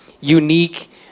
unique